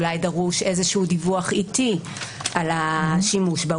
אולי דרוש איזשהו דיווח עתי על השימוש בה?